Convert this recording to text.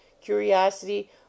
curiosity